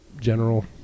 General